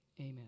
amen